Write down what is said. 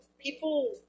people